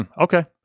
okay